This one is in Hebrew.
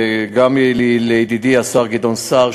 גם לידידי השר גדעון סער,